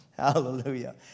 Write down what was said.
Hallelujah